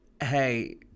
hey